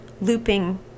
looping